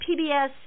PBS